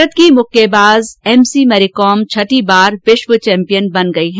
भारत की मुक्केबाज M C Mary Kom छठी बार विश्व चैम्पियन बन गई है